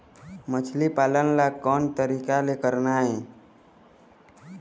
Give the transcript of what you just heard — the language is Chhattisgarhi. मछली पालन ला कोन तरीका ले करना ये?